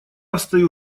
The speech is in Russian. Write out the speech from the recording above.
встаю